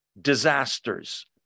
disasters